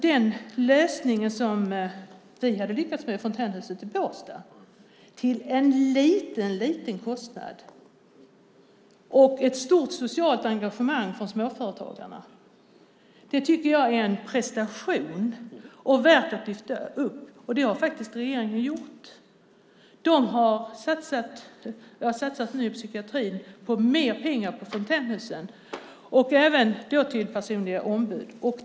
Den lösning som vi hade lyckats med i fontänhuset i Båstad till en mycket liten kostnad och ett stort socialt engagemang från småföretagarna tycker jag är en prestation värd att lyfta upp. Det har regeringen faktiskt gjort. Regeringen har inom psykiatrin satsat mer pengar på fontänhusen och personliga ombud.